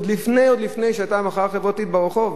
עוד לפני שהיתה המחאה החברתית ברחוב.